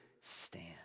stand